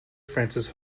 frances